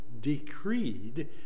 decreed